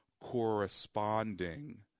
corresponding